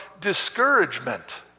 discouragement